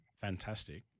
fantastic